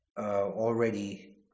already